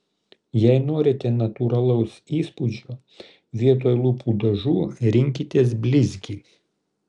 jei norite natūralaus įspūdžio vietoj lūpų dažų rinkitės blizgį